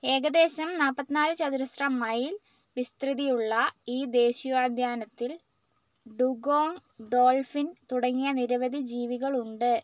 ഏകദേശം നാൽപത്തിനാല് ചതുരശ്ര മൈൽ വിസ്തൃതിയുള്ള ഈ ദേശീയോദ്യാനത്തിൽ ഡുഗോങ് ഡോൾഫിൻ തുടങ്ങിയ നിരവധി ജീവികളുണ്ട്